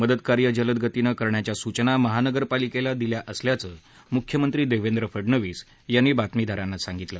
मदत कार्य जलदगतीनं करण्याच्या सूचना महानगरपालिकेला दिल्या असल्याचं मुख्यमंत्री देवेंद्र फडनवीस यांनी बातमीदारांना सांगितलं